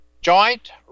joint